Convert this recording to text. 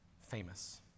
famous